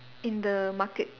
in the market